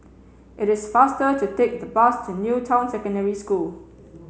it is faster to take the bus to New Town Secondary School